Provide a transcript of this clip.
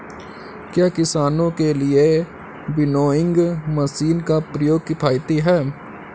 क्या किसानों के लिए विनोइंग मशीन का प्रयोग किफायती है?